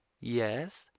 yes?